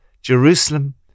Jerusalem